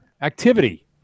activity